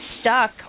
stuck